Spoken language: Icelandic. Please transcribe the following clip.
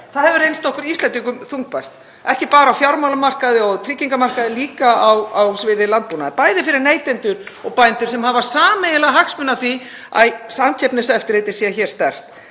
það hefur reynst okkur Íslendingum þungbært, ekki bara á fjármálamarkaði og tryggingamarkaði heldur einnig á sviði landbúnaðar, bæði fyrir neytendur og bændur sem hafa sameiginlega hagsmuni af því að Samkeppniseftirlitið sé hér sterkt.